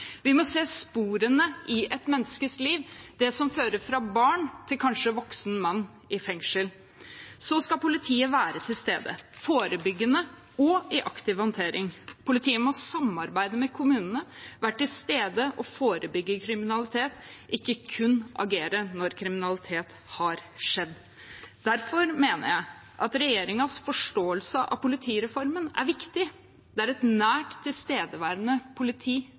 Vi må se sporene i et menneskes liv, det som fører fra barn til kanskje voksen mann i fengsel. Så skal politiet være til stede – forebyggende og i aktiv håndtering. Politiet må samarbeide med kommunene, være til stede og forebygge kriminalitet – ikke kun agere når kriminalitet har skjedd. Derfor mener jeg regjeringens forståelse av politireformen er viktig. Det er et nært tilstedeværende politi